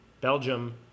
belgium